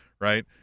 Right